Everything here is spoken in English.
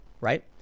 right